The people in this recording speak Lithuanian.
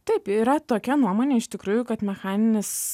taip yra tokia nuomonė iš tikrųjų kad mechaninis